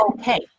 okay